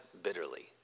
bitterly